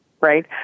Right